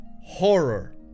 horror